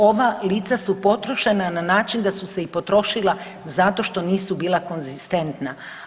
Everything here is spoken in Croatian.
Ova lica su potrošena na način da su se i potrošila zato što nisu bila konzistentna.